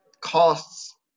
costs